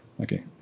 Okay